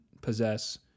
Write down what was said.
possess